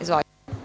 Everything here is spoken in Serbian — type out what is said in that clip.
Izvolite.